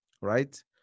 Right